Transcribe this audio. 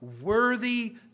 worthy